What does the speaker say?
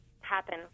happen